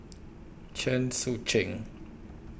Chen Sucheng